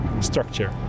structure